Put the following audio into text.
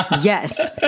yes